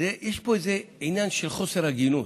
יש פה איזה עניין של חוסר הגינות.